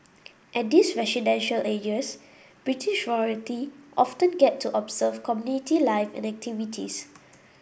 at these residential areas British royalty often get to observe community life and activities